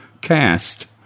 cast